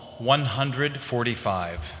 145